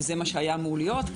שזה מה שאמור להיות,